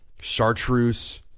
chartreuse